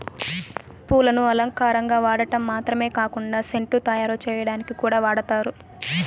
పూలను అలంకారంగా వాడటం మాత్రమే కాకుండా సెంటు తయారు చేయటానికి కూడా వాడతారు